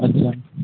अच्छा